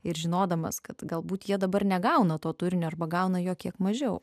ir žinodamas kad galbūt jie dabar negauna to turinio arba gauna jo kiek mažiau